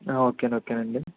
okay okay నండి